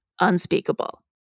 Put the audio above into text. unspeakable